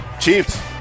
Chiefs